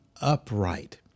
upright